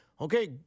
okay